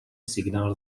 signál